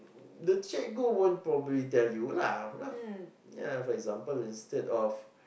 the cikgu won't probably tell you lah you know ya for example instead of